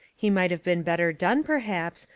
he might have been better done perhaps,